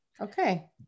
Okay